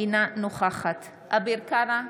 אינה נוכחת אביר קארה,